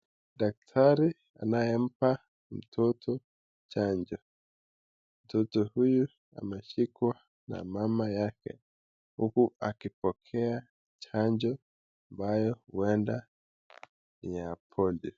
Daktari anayempa mtoto chanjo, mtoto huyu ameshikwa na mama yake huku akipokea chanjo ambayo uenda ni ya polio.